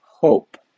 hope